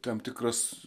tam tikras